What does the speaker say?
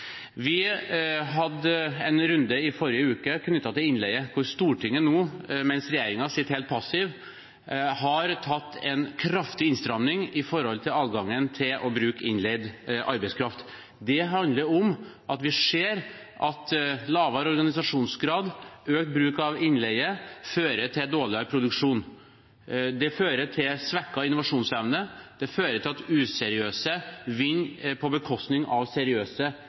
Vi hadde en runde i forrige uke om innleie, hvor Stortinget – mens regjeringen satt helt passiv – foretok en kraftig innstramming i adgangen til å bruke innleid arbeidskraft. Det handler om at vi ser at lavere organisasjonsgrad og økt bruk av innleie fører til dårligere produksjon. Det fører til svekket innovasjonsevne, det fører til at useriøse i mange sammenhenger vinner på bekostning av seriøse.